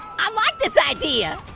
i like this idea.